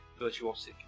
virtuosic